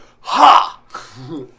ha